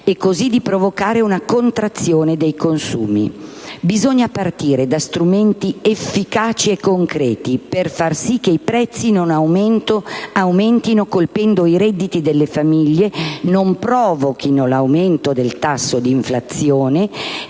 e di provocare una contrazione dei consumi. Bisogna partire da strumenti efficaci e concreti, per far sì che i prezzi non aumentino colpendo i redditi delle famiglie, non provochino l'aumento del tasso di inflazione